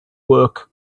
work